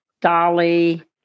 Dolly